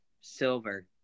Silver